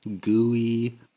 gooey